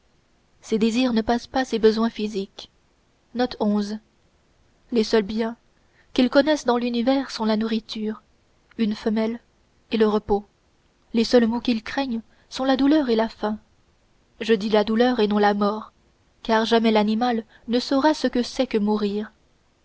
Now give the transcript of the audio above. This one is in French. ses désirs ne passent pas ses besoins physiques les seuls biens qu'il connaisse dans l'univers sont la nourriture une femelle et le repos les seuls maux qu'il craigne sont la douleur et la faim je dis la douleur et non la mort car jamais l'animal ne saura ce que c'est que mourir